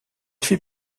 fait